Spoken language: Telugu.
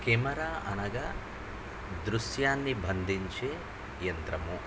కెమెరా అనగా దృశ్యాన్ని బంధించే యంత్రము